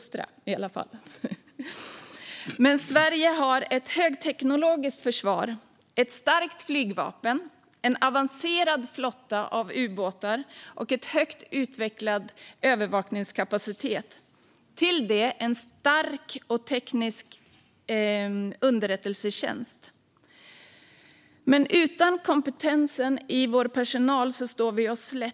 Sverige har ett högteknologiskt försvar, ett starkt flygvapen, en avancerad flotta av ubåtar, högt utvecklad övervakningskapacitet och en tekniskt stark underrättelsetjänst. Men utan kompetens hos vår personal står vi oss slätt.